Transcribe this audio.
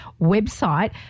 website